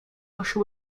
russia